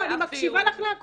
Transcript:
לא, אני מקשיבה לך לכול.